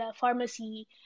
pharmacy